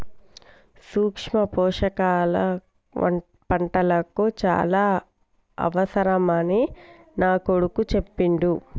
సూక్ష్మ పోషకాల పంటలకు చాల అవసరమని నా కొడుకు చెప్పిండు